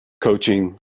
coaching